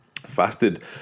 fasted